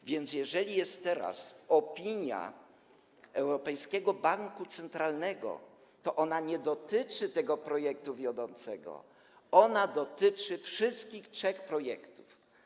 A więc jeżeli jest teraz opinia Europejskiego Banku Centralnego, to ona nie dotyczy tego projektu wiodącego, ona dotyczy wszystkich trzech projektów.